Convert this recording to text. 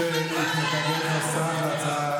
קטנה וגזענית גדולה,